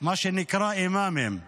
מה שנקרא אימאמים ומואזינים,